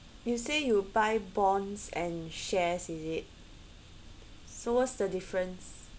you say you buy bonds and shares is it so what's the difference